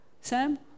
Sam